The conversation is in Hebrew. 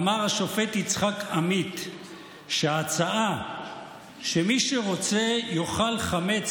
אמר השופט יצחק עמית שההצעה שמי שרוצה יאכל חמץ